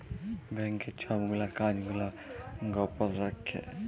ব্যাংকের ছব গুলা কাজ গুলা গপল রাখ্যে